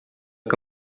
que